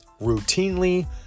routinely